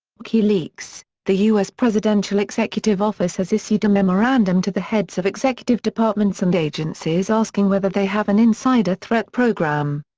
wikileaks', the us presidential executive office has issued a memorandum to the heads of executive departments and agencies asking whether they have an insider threat program.